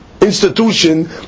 institution